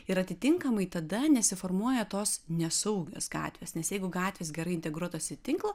ir atitinkamai tada nesiformuoja tos nesaugios gatvės nes jeigu gatvės gerai integruotos į tinklą